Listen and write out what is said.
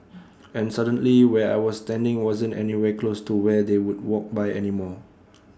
and suddenly where I was standing wasn't anywhere close to where they would walk by anymore